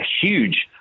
huge